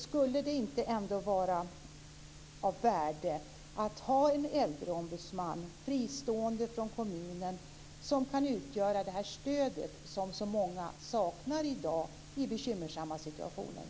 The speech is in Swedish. Skulle det ändå inte vara av värde att ha en äldreombudsman fristående från kommunen som kan utgöra det stöd som så många saknar i dag i bekymmersamma situationer?